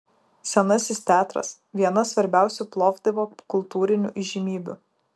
senasis teatras viena svarbiausių plovdivo kultūrinių įžymybių